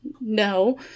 No